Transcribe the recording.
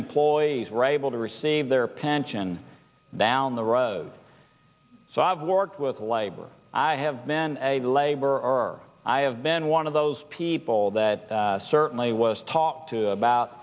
employees rival to receive their pension down the road so i've worked with labor i have been a laborer i have been one of those people that certainly was talked to about